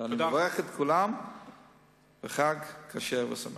אני מברך את כולם בחג כשר ושמח.